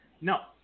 No